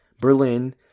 Berlin